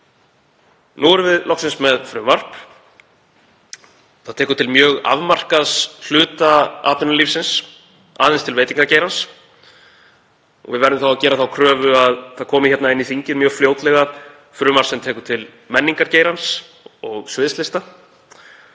Nú erum við loksins með frumvarp. Það tekur til mjög afmarkaðs hluta atvinnulífsins, aðeins til veitingageirans. Við verðum að gera þá kröfu að hingað inn í þingið komi mjög fljótlega frumvarp sem tekur til menningargeirans og sviðslista.